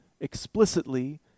explicitly